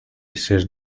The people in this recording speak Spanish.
ser